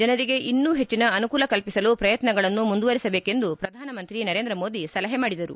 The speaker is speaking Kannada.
ಜನರಿಗೆ ಇನ್ನೂ ಹೆಚ್ಚಿನ ಅನುಕೂಲ ಕಲ್ಪಿಸಲು ಪ್ರಯತ್ನಗಳನ್ನು ಮುಂದುವರೆಸಬೇಕೆಂದು ಪ್ರಧಾನಮಂತ್ರಿ ನರೇಂದ್ರ ಮೋದಿ ಸಲಹೆ ಮಾಡಿದರು